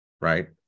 Right